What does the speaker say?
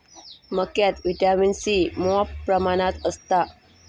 मक्यात vitamin C मॉप प्रमाणात असता